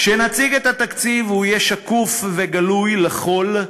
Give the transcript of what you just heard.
כשנציג את התקציב הוא יהיה שקוף וגלוי לכול,